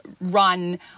run